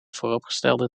vooropgestelde